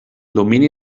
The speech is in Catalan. domini